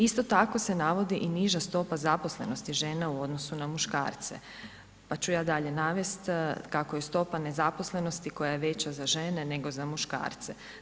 Isto tako se navodi i niža stopa zaposlenosti žena u odnosu na muškarce, pa ću ja dalje navesti kako je stopa nezaposlenosti koja je veća za žene nego za muškarce.